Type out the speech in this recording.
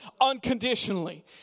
unconditionally